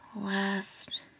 last